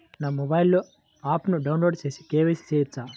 నా మొబైల్లో ఆప్ను డౌన్లోడ్ చేసి కే.వై.సి చేయచ్చా?